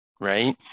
Right